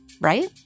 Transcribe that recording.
right